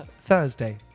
Thursday